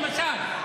למשל,